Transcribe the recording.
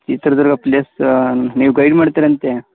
Chitradurga place ನೀವು guide ಮಾಡ್ತೀರಂತೆ